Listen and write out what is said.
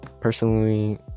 Personally